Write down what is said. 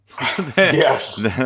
Yes